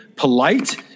Polite